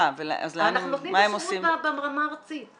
אנחנו נותנים את השירות ברמה הארצית.